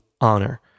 honor